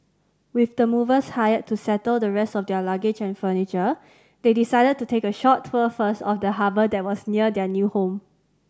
with the movers hired to settle the rest of their luggage and furniture they decided to take a short tour first of the harbour that was near their new home